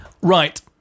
Right